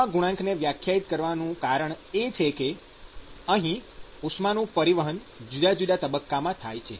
આવા ગુણાંકને વ્યાખ્યાયિત કરવાનું કારણ એ છે કે અહીં ઉષ્માનું પરિવહન જુદા જુદા તબક્કામાં થાય છે